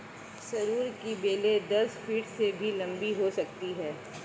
सरू की बेलें दस फीट से भी लंबी हो सकती हैं